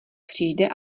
přijde